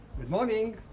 good morning.